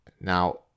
Now